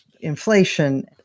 inflation